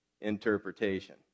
interpretation